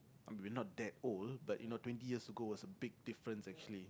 I mean we're not that old but you know twenty years ago was a big difference actually